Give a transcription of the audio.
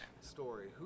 story